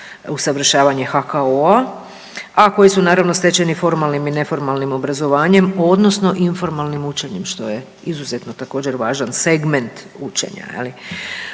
usavršavanje HKO-a. A koji su naravno stečeni formalnim i neformalnim obrazovanjem odnosno informalnim učenjem što je izuzetno također važan segment učenja